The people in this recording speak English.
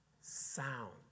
sound